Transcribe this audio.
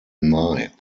nigh